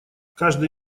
каждый